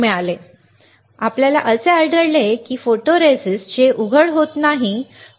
आम्हाला आढळेल की फोटोरेस्टिस्ट जे उघड होत नाही